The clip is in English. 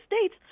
States